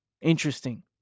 Interesting